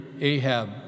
Ahab